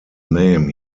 name